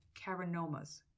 carinomas